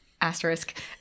asterisk